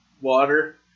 water